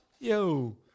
Yo